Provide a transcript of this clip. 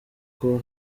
ibyo